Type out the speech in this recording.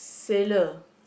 sailor